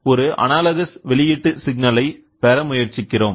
பின்னர் ஒரு அனலாகஸ் வெளியிட்டு சிக்னலை பெற முயற்சிக்கிறோம்